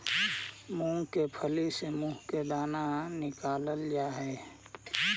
मूंग के फली से मुंह के दाना निकालल जा हई